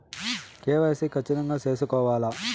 KYC ఖచ్చితంగా సేసుకోవాలా